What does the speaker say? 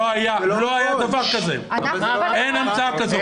לא היה דבר כזה, אין המצאה כזאת.